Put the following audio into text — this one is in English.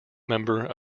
member